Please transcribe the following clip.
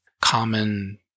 common